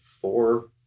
four